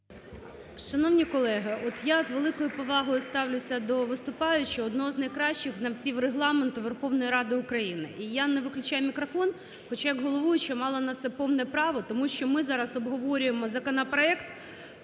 Шановні колеги, от я з великою повагою ставлюся до виступаючого, одного з найкращих знавців Регламенту Верховної Ради України, і я не виключаю мікрофон, хоча як головуюча мала на це повне право, тому що ми зараз обговорюємо законопроект